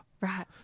Right